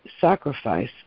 sacrifice